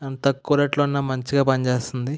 అంత తక్కువ రేట్లో మంచిగా పని చేస్తుంది